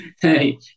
Hey